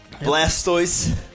blastoise